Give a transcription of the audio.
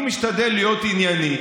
אני משתדל להיות ענייני.